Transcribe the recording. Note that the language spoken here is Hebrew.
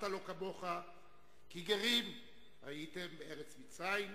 לו כמוך כי גרים הייתם בארץ מצרים.